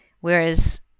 Whereas